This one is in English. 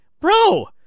bro